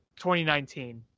2019